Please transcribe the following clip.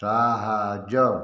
ସାହାଯ୍ୟ